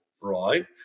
right